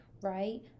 right